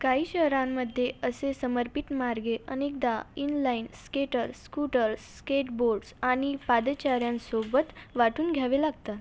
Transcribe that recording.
काही शहरांमध्ये असे समर्पित मार्ग अनेकदा inline skaters scooters skateboarders आणि पादचाऱ्यांसोबत वाटून घ्यावे लागतात